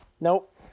nope